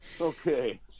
Okay